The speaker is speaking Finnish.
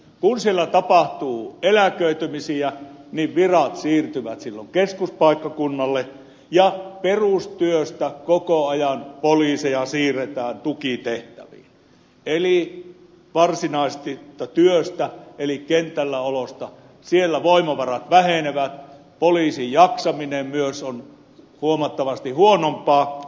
kun siellä tapahtuu eläköitymisiä niin virat siirtyvät silloin keskuspaikkakunnalle ja perustyöstä koko ajan poliiseja siirretään tukitehtäviin eli varsinaisesta työstä eli kentälläolosta voimavarat vähenevät ja poliisin jaksaminen myös on huomattavasti huonompaa